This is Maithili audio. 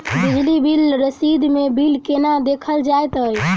बिजली बिल रसीद मे बिल केना देखल जाइत अछि?